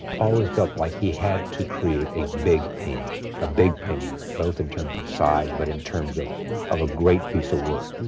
always felt like he had to create a big painting, a big painting both in terms of size, but in terms of of a great piece of work,